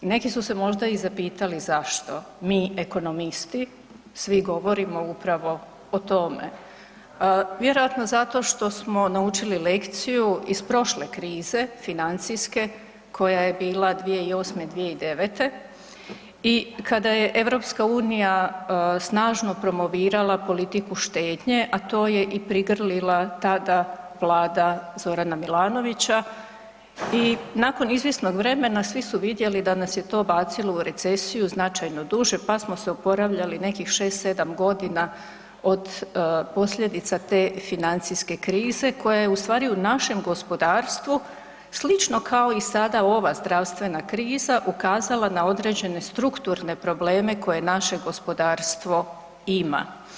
Neki su se možda i zapitali zašto mi ekonomisti svi govorimo upravo o tome. vjerojatno zato što smo naučili lekciju iz prošle krize, financijske koja je bila 2008., 2009. i kada je EU snažno promovirala politiku štednje a to je i prigrlila tada Vlada Z. Milanovića i nakon izvjesnog vremena svi su vidjeli da nas je to bacalo u recesiju značajno duže pa smo se oporavljali nekih 6, 7 g. od posljedica te financijske krize koja je ustvari u našem gospodarstvu slično kao i sada ova zdravstvena kriza, ukazala na određene strukturne probleme koje naše gospodarstvo ima.